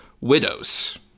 Widows